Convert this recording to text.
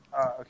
Okay